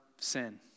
sin